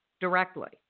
directly